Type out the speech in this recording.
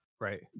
right